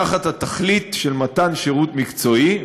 תחת התכלית של מתן שירות מקצועי,